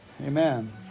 Amen